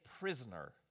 prisoner